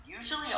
usually